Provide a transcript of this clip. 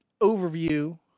overview